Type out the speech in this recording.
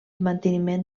manteniment